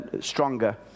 stronger